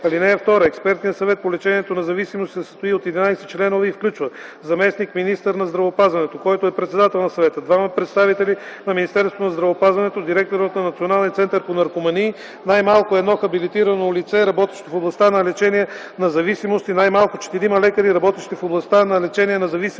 (2) Експертният съвет по лечение на зависимости се състои от 11 членове и включва: заместник-министър на здравеопазването, който е председател на съвета, двама представители на Министерството на здравеопазването, директора на Националния център по наркомании, най-малко едно хабилитирано лице, работещо в областта на лечение на зависимости, най-малко четирима лекари, работещи в областта на лечение на зависимости